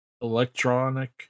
electronic